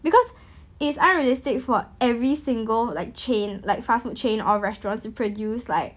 because it's unrealistic for every single like chain like fast food chain or restaurants to produce like